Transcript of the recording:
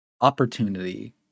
Opportunity